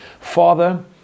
Father